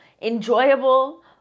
enjoyable